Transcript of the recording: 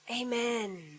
Amen